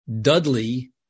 Dudley